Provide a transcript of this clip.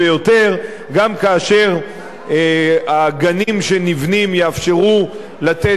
גם כאשר הגנים שנבנים יאפשרו לתת יום לימודים ארוך